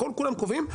הכול כולם קובעים,